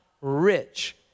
rich